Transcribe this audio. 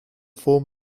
form